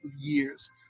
years